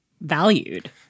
valued